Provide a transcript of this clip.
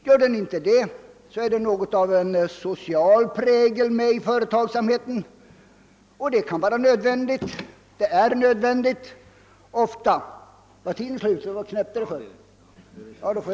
Gör den inte det, får den något av en social prägel, och det kan ofta vara nödvändigt även med sådana statliga företag.